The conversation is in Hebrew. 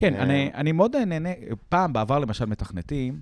כן, אני מאוד נהנה... פעם בעבר למשל מתכנתים...